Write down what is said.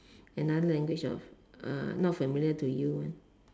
another language uh uh not familiar to you